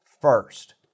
first